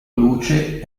luce